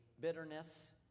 bitterness